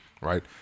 right